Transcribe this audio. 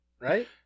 Right